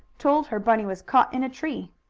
told her bunny was caught in a tree.